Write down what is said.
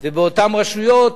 ובאותן רשויות,